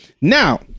Now